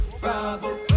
Bravo